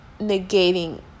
negating